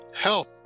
health